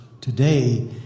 today